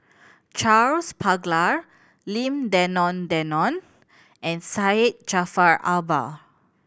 Charles Paglar Lim Denan Denon and Syed Jaafar Albar